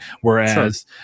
whereas